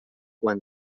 quan